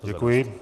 Děkuji.